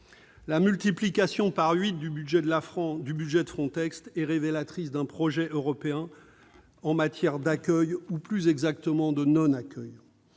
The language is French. La multiplication par huit du budget de Frontex est révélatrice du projet européen en matière d'accueil, ou plus exactement de non-accueil.